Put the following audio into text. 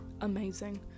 amazing